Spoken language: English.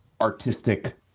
artistic